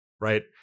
Right